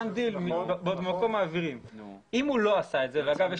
אם הוא לא עשה את זה ואגב,